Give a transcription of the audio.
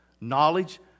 Knowledge